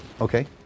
Okay